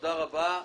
תודה רבה.